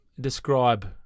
Describe